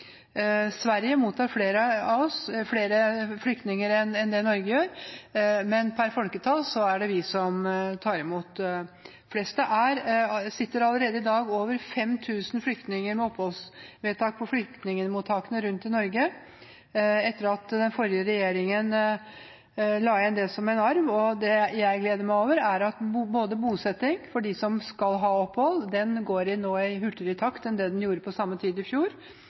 som tar imot flest. Det sitter allerede i dag over 5 000 flyktninger med oppholdsvedtak på flyktningmottakene rundt omkring i Norge etter at den forrige regjeringen la igjen det som en arv, og det jeg gleder meg over, er at bosettingen for dem som skal ha opphold, går i hurtigere takt enn det den gjorde på samme tid i fjor,